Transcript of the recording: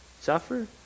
suffer